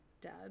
dad